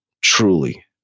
truly